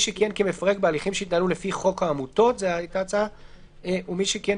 כמפרק בהליכים שהתנהלו לפי חוק העמותות ומי שכיהן